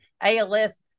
als